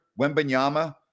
Wembanyama